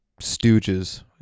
stooges